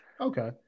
Okay